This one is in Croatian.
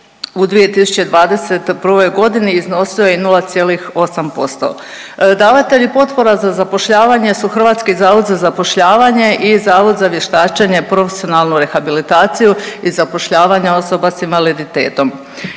u 2021. g. iznosio je 0,8%. Davatelji potpora za zapošljavanje su HZZ i Zavod za vještačenje i profesionalnu rehabilitaciju i zapošljavanja osoba s invaliditetom.